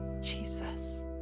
Jesus